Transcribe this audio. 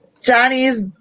Johnny's